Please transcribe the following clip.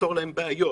ולפתור להם בעיות.